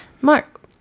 Mark